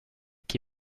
qui